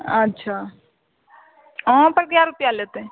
अच्छा ओंहाँ पर कए रुपैआ लेतै